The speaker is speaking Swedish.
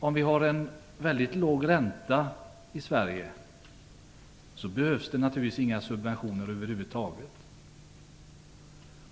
Om vi har en mycket låg ränta i Sverige, behövs det naturligtvis över huvud taget inga subventioner.